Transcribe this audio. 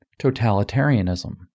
totalitarianism